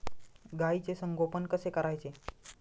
गाईचे संगोपन कसे करायचे?